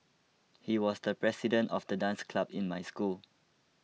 he was the president of the dance club in my school